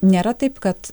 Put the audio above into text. nėra taip kad